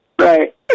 Right